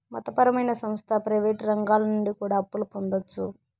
మత పరమైన సంస్థ ప్రయివేటు రంగాల నుండి కూడా అప్పులు పొందొచ్చు